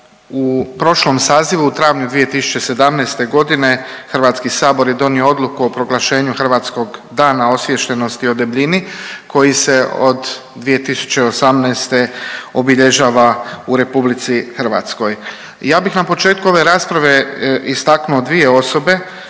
U prošlom sazivu u travnju 2017.g. HS je donio Odluku o proglašenju hrvatskog Dana osviještenosti o debljini koji se od 2018. obilježava u RH. Ja bih na početku ove rasprave istaknuo dvije osobe